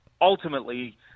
Ultimately